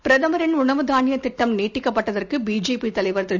பிரதமரின் உணவு தானியத் திட்டம் நீட்டிக்கப்பட்டதற்கு பிஜேபி தலைவர் திரு